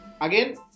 Again